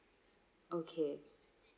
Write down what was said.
okay